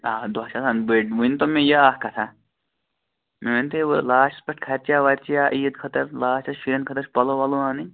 آ دۄہ چھِ آسان بٔڈۍ ؤنۍتو مےٚ یہِ اَکھ کَتھا مےٚ ؤنۍتَو وۅنۍ لاسٹَس پٮ۪ٹھ خرچا ورچا عید خٲطرٕ لاسٹَس شُرٮ۪ن خٲطرٕ پَلَو وَلَو اَنٕنۍ